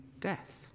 death